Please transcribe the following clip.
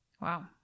Wow